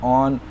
on